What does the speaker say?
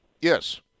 Yes